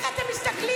איך אתם מסתכלים,